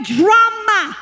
drama